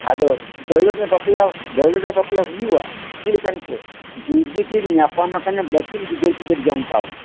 ᱟᱫᱚ ᱫᱟᱹᱣᱲᱟᱹ ᱨᱮ ᱵᱟᱯᱞᱟ ᱫᱟᱹᱣᱲᱟᱹ ᱨᱮ ᱵᱟᱯᱞᱟ ᱦᱩᱭᱩᱜᱼᱟ ᱪᱮᱫ ᱞᱮᱠᱟᱱ ᱠᱚ ᱡᱩᱫᱤ ᱠᱤᱱ ᱧᱟᱯᱟᱢ ᱟᱠᱟᱱᱟ ᱵᱟᱠᱤᱱ ᱜᱤᱫᱟᱹᱨ ᱯᱤᱫᱟᱹᱨ ᱡᱚᱝ ᱠᱟᱣᱱᱟ